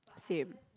same